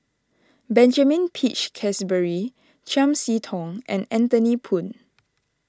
Benjamin Peach Keasberry Chiam See Tong and Anthony Poon